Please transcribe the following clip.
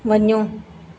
वञो